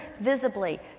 visibly